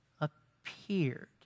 appeared